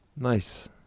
Nice